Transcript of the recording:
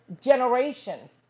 generations